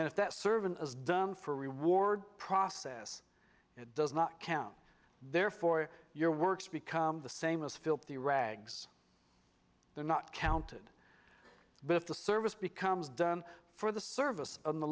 then if that servant is done for reward process it does not count therefore your works become the same as filthy rags they're not counted but if the service becomes done for the service of the